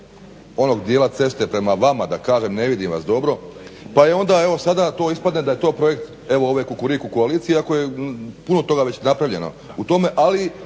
onog djela ceste prema vama da kažem, ne vidim vas dobro pa je onda sada evo to ispadne da je projekt evo ove Kukuriku koalicije ako je puno toga već napravljeno u tome, ali